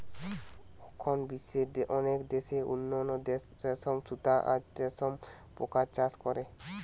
অখন বিশ্বের অনেক দেশ উন্নত রেশম সুতা আর রেশম পোকার চাষ করে